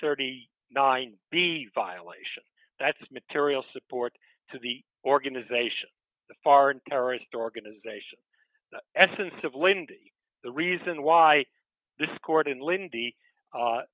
thirty nine be violations that's material support to the organization the foreign terrorist organization essence of late and the reason why this court in lindy